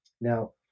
now